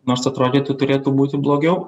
nors atrodytų turėtų būti blogiau